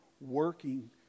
Working